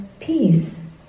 peace